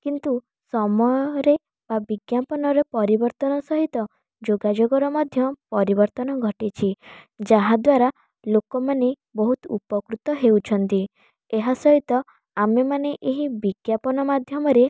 କିନ୍ତୁ ସମୟରେ ବା ବିଜ୍ଞାପନର ପରିବର୍ତ୍ତନ ସହିତ ଯୋଗାଯୋଗର ମଧ୍ୟ ପରିବର୍ତ୍ତନ ଘଟିଛି ଯାହାଦ୍ଵାରା ଲୋକମାନେ ବହୁତ ଉପକୃତ ହେଉଛନ୍ତି ଏହା ସହିତ ଆମେମାନେ ଏହି ବିଜ୍ଞାପନ ମାଧ୍ୟମରେ